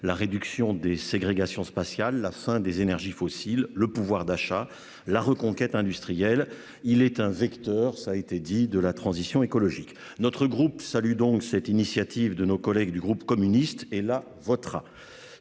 la réduction des ségrégations spatiale, la fin des énergies fossiles, le pouvoir d'achat. La reconquête industrielle, il est un vecteur. Ça a été dit de la transition écologique. Notre groupe salue donc cette initiative de nos collègues du groupe communiste et la votera